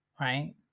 right